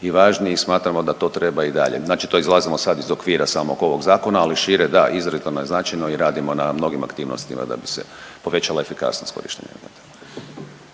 i važni i smatramo da to treba i dalje. Znači to izlazimo sad iz okvira samog ovog zakona, ali šire da, … naznačeno i radimo na mnogim aktivnostima da bi se povećala efikasnost korištenja